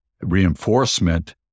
reinforcement